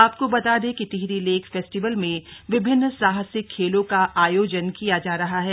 आपको बता दें कि टिहरी लेक फेस्टिवल में विभिन्न साहसिक खेलों का आयोजन किया जा रहा है